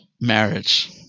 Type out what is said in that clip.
marriage